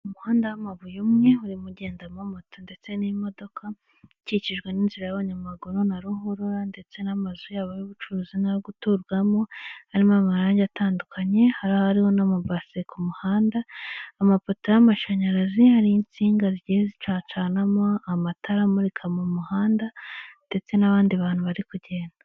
Umuhanda w'amabuye umwe urigendamo moto ndetse n'imodoka, ukikijwe n'inzira y'abanyamaguru na ruhurura, ndetse n'amazu yabo y'ubucuruzi n'ayo guturwamo, harimo amarangi atandukanye hari n'amabase ku muhanda, amapoto y'amashanyarazi hari insinga zi canamo amatara amurika mu muhanda ndetse n'abandi bantu bari kugenda.